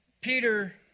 Peter